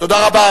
תודה.